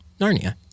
Narnia